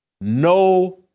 no